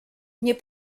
nie